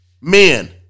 Men